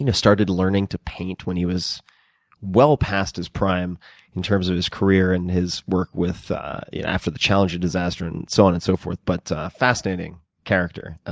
you know started learning to paint when he was well past his prime in terms of his career in his work with after the challenger disaster and so on and so forth. but a fascinating character.